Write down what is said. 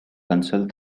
consult